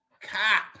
cop